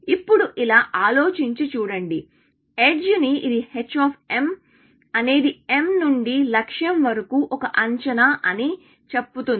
ఇప్పుడు ఇలా ఆలోచించి చూడండి ఎడ్జ్ ని ఇది h అనేది m నుండి లక్ష్యం వరకు ఒక అంచనా అని చెబుతుంది